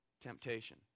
temptation